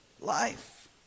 life